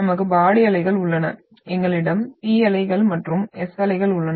நமக்கு பாடி அலைகள் உள்ளன எங்களிடம் P அலைகள் மற்றும் S அலைகள் உள்ளன